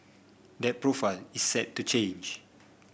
that profile is set to change